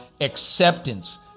acceptance –